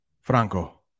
franco